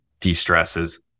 de-stresses